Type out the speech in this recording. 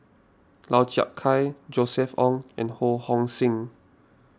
Lau Chiap Khai Josef Ng and Ho Hong Sing